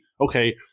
okay